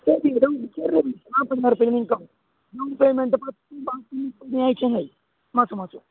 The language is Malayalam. പേയ്മെന്റ് നിങ്ങൾക്കാകും ഡൗൺ പേയ്മെന്റ് മാസാമാസം